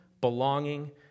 belonging